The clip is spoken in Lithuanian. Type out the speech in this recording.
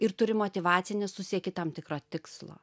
ir turi motyvaciją nes tu sieki tam tikro tikslo